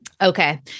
okay